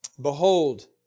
Behold